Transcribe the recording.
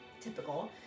typical